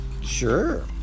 Sure